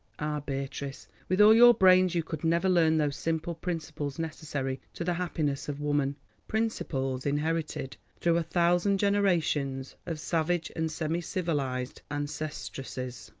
beatrice, with all your brains you could never learn those simple principles necessary to the happiness of woman principles inherited through a thousand generations of savage and semi-civilized ancestresses.